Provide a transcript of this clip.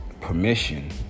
permission